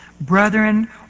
brethren